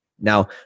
Now